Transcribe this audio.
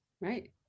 Right